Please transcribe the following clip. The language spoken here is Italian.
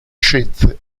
scienze